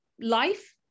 life